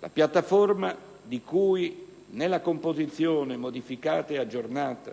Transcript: La piattaforma, di cui nella composizione modificata e aggiornata